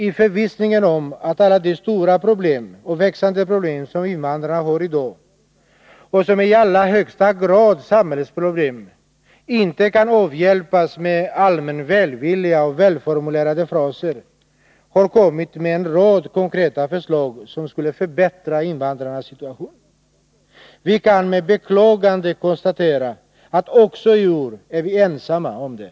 I förvissningen om att alla de stora och växande problem som invandrarna hari dag, och som i allra högsta grad är samhällets problem, inte kan åtgärdas med allmän välvilja och välformulerade fraser, har vårt parti lagt fram en rad konkreta förslag, som skulle förbättra invandrarnas situation. Vi kan med beklagande konstatera att vi också i år är ensamma om dem.